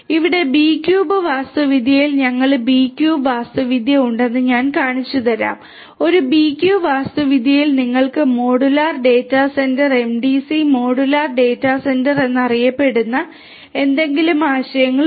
ഇവിടെ B cube വാസ്തുവിദ്യയിൽ ഞങ്ങൾ B ക്യൂബ് വാസ്തുവിദ്യ ഉണ്ടെന്ന് ഞാൻ കാണിച്ചു തരാം ഒരു B ക്യൂബ് വാസ്തുവിദ്യയിൽ നിങ്ങൾക്ക് modular data centre MDC modular data centre എന്നറിയപ്പെടുന്ന എന്തെങ്കിലും ആശയങ്ങൾ ഉണ്ട്